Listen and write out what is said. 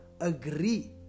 Agree